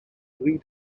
three